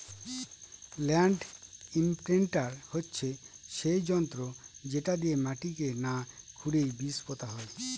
land imprinter হচ্ছে সেই যন্ত্র যেটা দিয়ে মাটিকে না খুরেই বীজ পোতা হয়